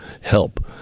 help